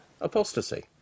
apostasy